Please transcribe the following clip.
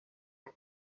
are